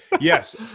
yes